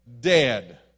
dead